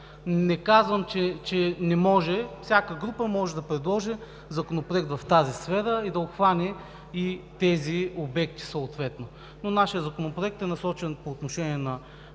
Не казвам, че не може. Всяка група може да предложи законопроект в тази сфера и да обхване съответно и тези обекти, но нашият законопроект е насочен по отношение на